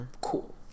cool